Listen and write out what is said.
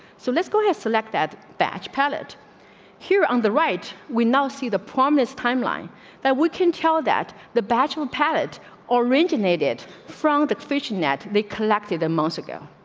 so let's go ahead. select that batch palate here on the right. we now see the promised time line that we can tell that the bachelor pad it or range in eight id from the fish net they collected the most ago.